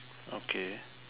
okay